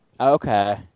okay